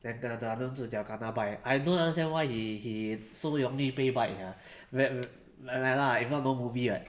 then the the 男主角 kena bite I don't understand why he he so 容易被 bite sia ve~ l~ like ya if not no movie [what]